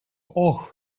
och